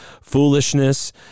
foolishness